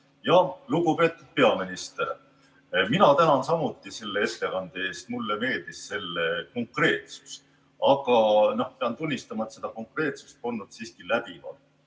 Lugupeetud peaminister! Mina tänan samuti selle ettekande eest. Mulle meeldis selle konkreetsus, aga pean tunnistama, et seda konkreetsust polnud siiski läbivalt.